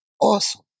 Awesome